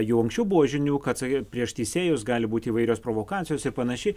jau anksčiau buvo žinių kad sakė prieš teisėjus gali būti įvairios provokacijos ir panašiai